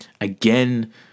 Again